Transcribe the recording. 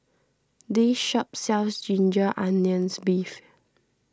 this shop sells Ginger Onions Beef